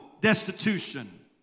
destitution